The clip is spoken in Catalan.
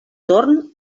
torn